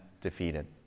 defeated